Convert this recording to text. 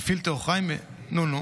גפילטע או חריימה, נו.